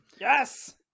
Yes